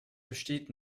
besteht